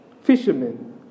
fishermen